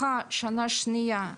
מחודש השביעי עד חודש 12: